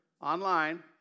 online